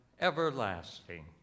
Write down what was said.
everlasting